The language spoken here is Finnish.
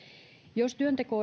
jos työnteko